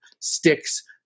sticks